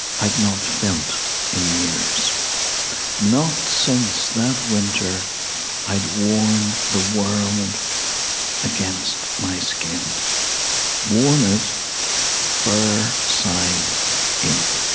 i'd not felt in years not since that winter i'd worn the world against my skin worn it fur side in